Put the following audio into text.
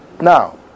now